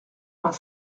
vingt